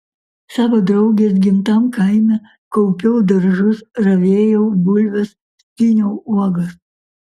savo draugės gimtam kaime kaupiau daržus ravėjau bulves skyniau uogas